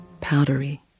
powdery